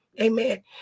Amen